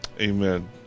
amen